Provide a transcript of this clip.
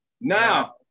Now